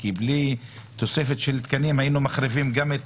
כי בלי תוספת של תקנים היינו מחריבים גם את